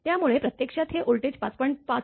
त्यामुळे प्रत्यक्षात हे व्होल्टेज 5